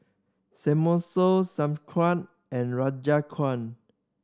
Samosa Sauerkraut and Rogan